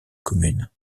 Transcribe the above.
commune